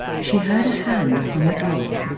she heard a hand upon the door.